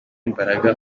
mbaraga